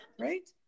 right